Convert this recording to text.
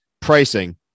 Pricing